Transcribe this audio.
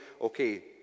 okay